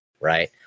right